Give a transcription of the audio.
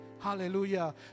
Hallelujah